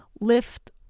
lift